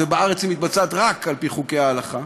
ובארץ היא מתבצעת רק על-פי חוקי ההלכה,